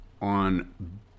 On